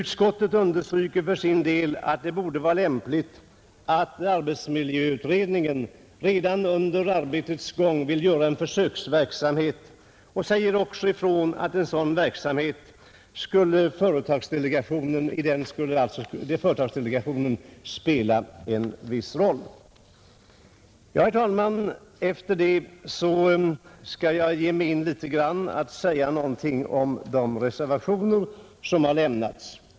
Utskottet understryker för sin del att det borde vara lämpligt för arbetsmiljöutredningen att redan under arbetets gång göra en försöksverksamhet och säger också ifrån att i en sådan verksamhet skulle företagsdelegationen spela en viss roll. Ja, herr talman, efter detta skall jag säga något om de reservationer, som har lämnats.